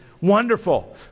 Wonderful